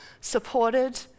supported